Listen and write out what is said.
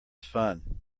fun